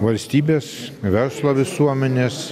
valstybės verslo visuomenės